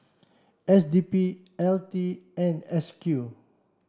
S D P L T and S Q